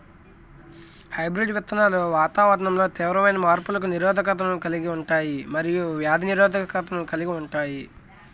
hybrid విత్తనాలు వాతావరణంలో తీవ్రమైన మార్పులకు నిరోధకతను కలిగి ఉంటాయి మరియు వ్యాధి నిరోధకతను కలిగి ఉంటాయి